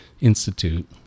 Institute